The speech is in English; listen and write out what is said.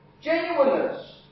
genuineness